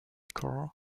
car